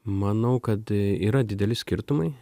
manau kad yra dideli skirtumai